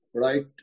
Right